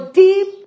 deep